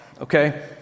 okay